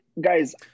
Guys